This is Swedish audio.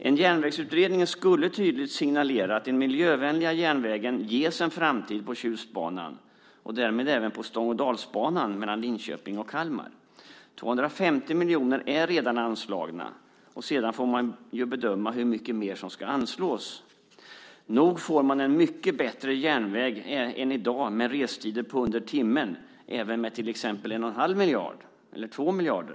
En järnvägsutredning skulle tydligt signalera att den miljövänliga järnvägen ges en framtid på Tjustbanan och därmed även på Stångedalsbanan mellan Linköping och Kalmar. Det är redan anslaget 250 miljoner. Sedan får man bedöma hur mycket mer som ska anslås. Nog får man en mycket bättre järnväg än i dag med restider på under timmen även med till exempel 1 1⁄2 miljard eller 2 miljarder.